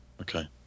okay